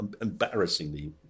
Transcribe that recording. embarrassingly